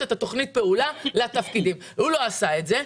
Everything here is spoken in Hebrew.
את תכנית הפעולה לתפקידים אבל הוא לא עשה זאת.